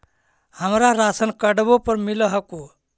हमरा राशनकार्डवो पर मिल हको?